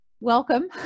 welcome